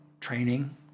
training